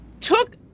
took